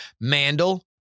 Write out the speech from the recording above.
Mandel